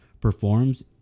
performs